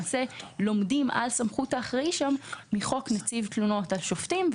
לומדים על סמכות האחראי שם מחוק נציב תלונות השופטים.